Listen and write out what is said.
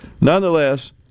Nonetheless